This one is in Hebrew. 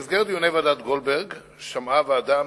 במסגרת דיוני ועדת-גולדברג שמעה הוועדה